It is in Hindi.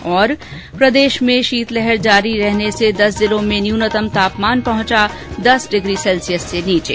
् प्रदेश में शीतलहर जारी रहने से दस जिलों में न्यूनतम तापमान पहुंचा दस डिग्री सेल्सियस से नीचे